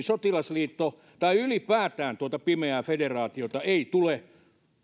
sotilasliittoa tai ylipäätään tuota pimeää federaatiota ei tule